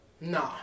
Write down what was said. Nah